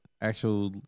actual